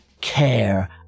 care